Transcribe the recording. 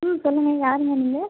ம் சொல்லுங்க யாருங்க நீங்கள்